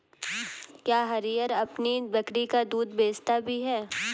क्या हरिहर अपनी बकरी का दूध बेचता भी है?